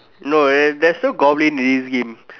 no eh there's no goblin in this game